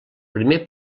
primer